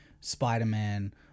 Spider-Man